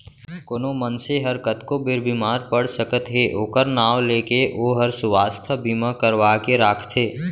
कोनो मनसे हर कतको बेर बीमार पड़ सकत हे ओकर नांव ले के ओहर सुवास्थ बीमा करवा के राखथे